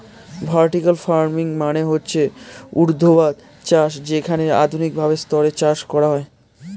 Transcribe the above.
vertical farming মানে হচ্ছে ঊর্ধ্বাধ চাষ যেখানে আধুনিক ভাবে স্তরে চাষ করা হয়